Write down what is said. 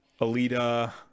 Alita